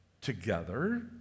Together